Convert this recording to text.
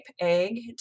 egg